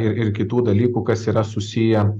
ir ir kitų dalykų kas yra susiję